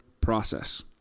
process